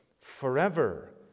forever